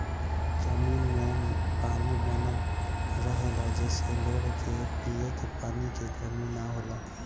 जमीन में पानी बनल रहेला जेसे लोग के पिए के पानी के कमी ना होला